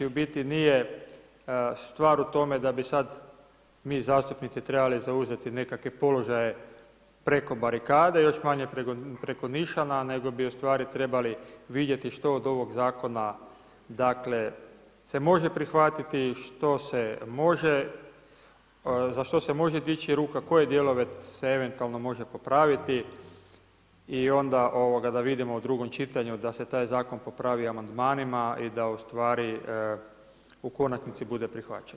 U biti nije stvar u tome da bi sad mi zastupnici trebali zauzeti nekakve položaje preko barikade, još manje preko nišana, nego bi ustvari trebali vidjeti što od ovog zakona se može prihvatiti, za što se može dići ruka, koje dijelove se eventualno može popraviti i onda da vidimo u drugom čitanju da se taj zakon popravi amandmanima i da ustvari u konačnici bude prihvaćen.